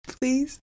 please